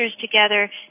together